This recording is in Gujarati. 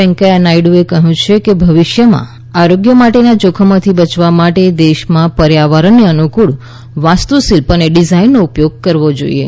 વૈંકયા નાયડુએ કહ્યું છે કે ભવિષ્યમાં આરોગ્ય માટેના જોખમોથી બચવા માટે દેશમાં પર્યાવરણને અનુકુળ વાસ્તુશિલ્પ અને ડિઝાઇનનો ઉપયોગ કરવો જોઇએ